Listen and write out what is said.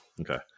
Okay